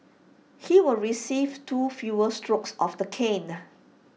he will receive two fewer strokes of the cane